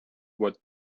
what